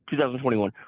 2021